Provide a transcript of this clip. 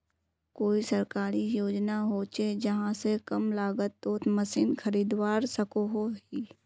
कोई सरकारी योजना होचे जहा से कम लागत तोत मशीन खरीदवार सकोहो ही?